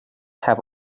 have